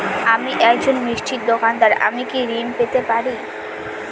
আমি একজন মিষ্টির দোকাদার আমি কি ঋণ পেতে পারি?